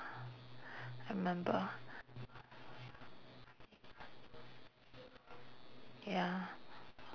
I remember ya